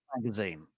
magazine